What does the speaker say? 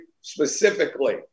specifically